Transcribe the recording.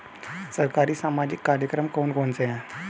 सरकारी सामाजिक कार्यक्रम कौन कौन से हैं?